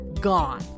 gone